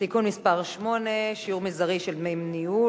(תיקון מס' 8) (שיעור מזערי של דמי ניהול),